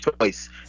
choice